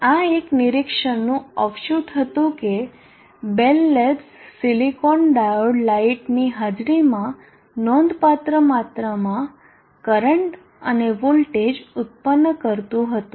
આ એક નિરીક્ષણનું ઓફશૂટ હતું કે બેલ લેબ્સ સિલિકોન ડાયોડ લાઈટની હાજરીમાં નોંધપાત્ર માત્રામાં કરંટ અને વોલ્ટેજ ઉત્પન્ન કરતું હતું